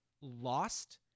lost